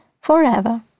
forever